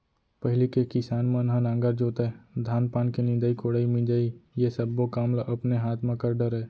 पहिली के किसान मन ह नांगर जोतय, धान पान के निंदई कोड़ई, मिंजई ये सब्बो काम ल अपने हाथ म कर डरय